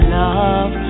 love